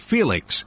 Felix